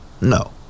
No